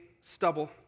stubble